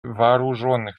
вооруженных